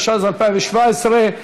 התשע"ז 2017,